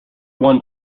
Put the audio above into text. one